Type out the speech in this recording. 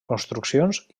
construccions